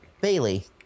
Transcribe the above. Bailey